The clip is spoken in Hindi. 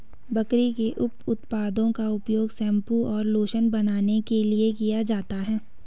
बकरी के उप उत्पादों का उपयोग शैंपू और लोशन बनाने के लिए किया जाता है